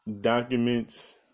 documents